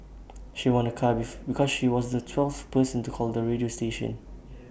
she won A car because she was the twelfth person to call the radio station